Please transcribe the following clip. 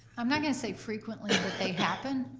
i'm not gonna say frequently, but they happen,